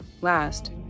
Last